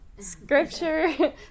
Scripture